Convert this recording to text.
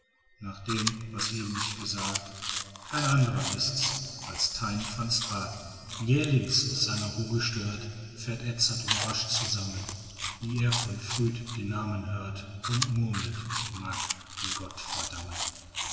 nach dem was eben ich gesagt kein andrer ist's als tyn van straten jählings aus seiner ruh gestört fährt edzard überrascht zusammen wie er von früd den namen hört und murmelt mag ihn gott verdammen